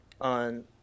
on –